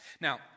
Now